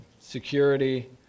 security